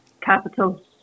capital